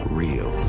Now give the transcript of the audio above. real